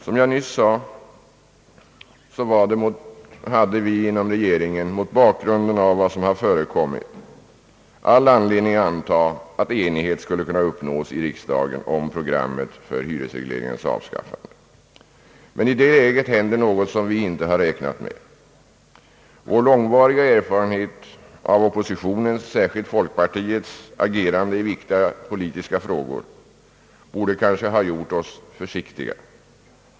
Som jag nyss sade hade vi inom regeringen mot bakgrunden av vad som förekommit all anledning att anta att enighet skulle kunna uppnås i riksdagen om programmet för hyresregleringens avskaffande. Men i detta läge hände något som vi inte hade räknat med. Vår långvariga erfarenhet av oppositionens, särskilt folkpartiets, agerande i viktiga politiska frågor borde kanske ha gjort oss försiktiga.